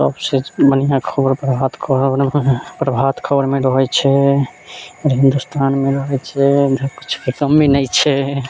सबसे बढ़िआँ खबर प्रभात खबरमे प्रभात खबरमे अबैत छै आओर हिंदुस्तानमे रहैत छै इधर किछुके कमी नहि छै